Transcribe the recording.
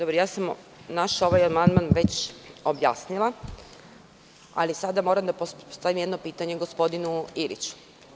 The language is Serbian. Ovaj naš amandman sam već objasnila, ali sada moram da postavim jedno pitanje gospodinu Iliću.